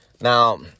Now